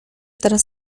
teraz